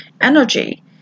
energy